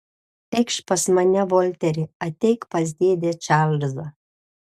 eikš pas mane volteri ateik pas dėdę čarlzą